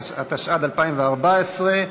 התשע"ד 2014,